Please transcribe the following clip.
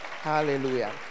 Hallelujah